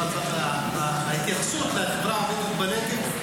אבל בהתייחסות לחברה הערבית בנגב,